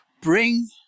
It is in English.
bring